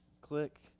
click